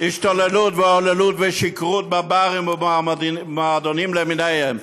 השתוללות והוללות ושיכרות בברים ובמועדונים למיניהם.